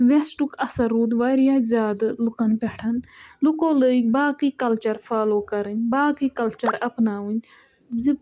وٮ۪سٹُک اَثر روٗد واریاہ زیادٕ لُکَن پٮ۪ٹھ لُکو لٔگۍ باقٕے کَلچَر فالو کَرٕنۍ باقٕے کَلچَر اَپناوٕنۍ زِ